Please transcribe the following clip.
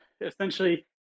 essentially